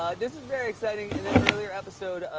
ah this is very exciting. in an earlier episode,